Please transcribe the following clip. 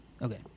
okay